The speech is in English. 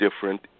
different